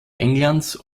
englands